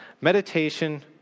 meditation